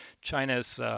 China's